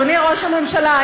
אדוני ראש הממשלה,